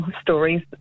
stories